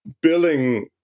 billing